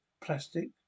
plastic